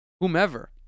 whomever